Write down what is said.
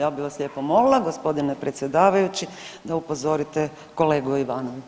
Ja bih vas lijepo molila gospodine predsjedavajući da upozorite kolegu Ivanovića.